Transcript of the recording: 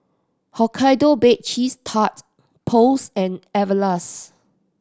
Hokkaido Baked Cheese Tart Post and Everlast